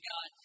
God